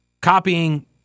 Copying